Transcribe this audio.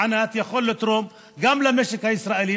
ענת, שזה יכול לתרום גם למשק הישראלי.